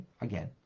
Again